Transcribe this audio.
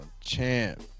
champ